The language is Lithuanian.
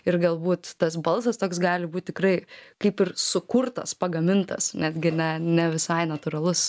ir galbūt tas balsas toks gali būt tikrai kaip ir sukurtas pagamintas netgi ne ne visai natūralus